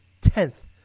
tenth